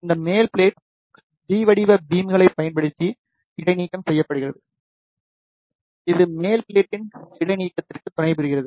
இந்த மேல் plate T வடிவ பீம்களைப் பயன்படுத்தி இடைநீக்கம் செய்யப்படுகிறது இது மேல் ப்ளெட்டின் இடைநீக்கத்திற்கு துணைபுரிகிறது